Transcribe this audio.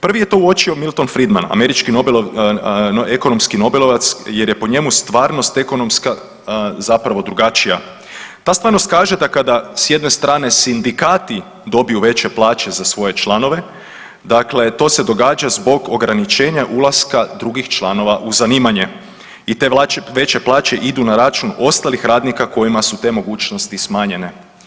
Prvi je to uočio Milton Friedman američki ekonomski nobelovac jer je po njemu stvarnost ekonomska zapravo drugačija, ta stvarnost kaže da kada s jedne strane sindikati dobiju veće plaće za svoje članove to se događa zbog ograničenja ulaska drugih članova u zanimanje i te veće plaće idu na račun ostalih radnika kojima su te mogućnosti smanjene.